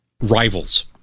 rivals